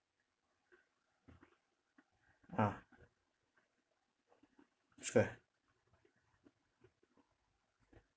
ah square